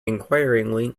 inquiringly